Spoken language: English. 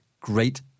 great